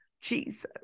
Jesus